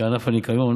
כענף הניקיון,